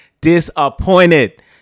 disappointed